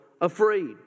afraid